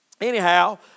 anyhow